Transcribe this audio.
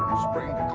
spring